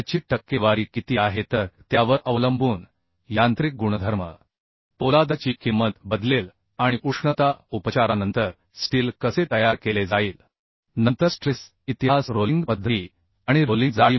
त्याची टक्केवारी किती आहे तर त्यावर अवलंबून यांत्रिक गुणधर्म पोलादाची किंमत बदलेल आणि उष्णता उपचारानंतर स्टील कसे तयार केले जाईल नंतर स्ट्रेस हिस्ट्री रोलिंग पद्धती आणि रोलिंग जाडी